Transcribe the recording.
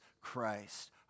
Christ